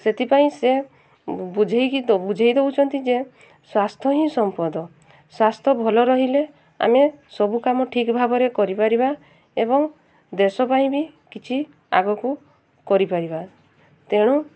ସେଥିପାଇଁ ସେ ବୁଝାଇକି ବୁଝାଇ ଦେଉଛନ୍ତି ଯେ ସ୍ୱାସ୍ଥ୍ୟ ହିଁ ସମ୍ପଦ ସ୍ୱାସ୍ଥ୍ୟ ଭଲ ରହିଲେ ଆମେ ସବୁ କାମ ଠିକ୍ ଭାବରେ କରିପାରିବା ଏବଂ ଦେଶ ପାଇଁ ବି କିଛି ଆଗକୁ କରିପାରିବା ତେଣୁ